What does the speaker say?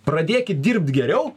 pradėkit dirbt geriau